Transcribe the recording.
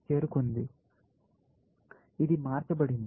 ఇది మార్చబడింది